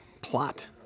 plot